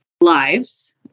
lives